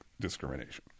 discrimination